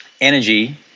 energy